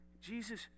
Jesus